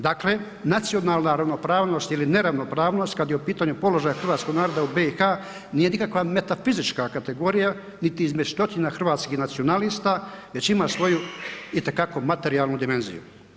Dakle, nacionalna ravnopravnost ili neravnopravnost kad je u pitanju položaj hrvatskog naroda u BiH nije nikakva metafizička kategorija, niti izmišljotina hrvatskih nacionalista, već ima svoju itekako materijalnu dimenziju.